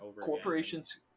Corporations